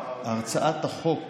הצעת החוק